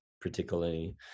particularly